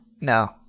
No